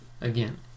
again